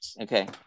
Okay